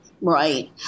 Right